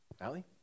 Allie